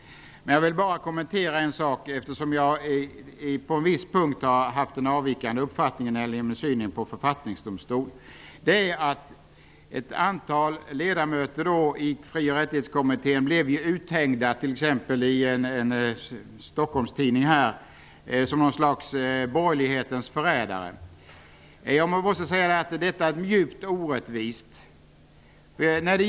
Jag vill bara kommentera en sak, eftersom jag på viss punkt har haft en avvikande uppfattning om synen på en författningsdomstol. Ett antal ledamöter i Fri och rättighetskommittén blev uthängda i en Stockholmstidning som något slags borgerlighetens förrädare. Jag måste säga att det är djupt orättvist.